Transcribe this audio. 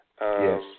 Yes